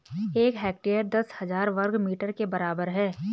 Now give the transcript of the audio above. एक हेक्टेयर दस हजार वर्ग मीटर के बराबर है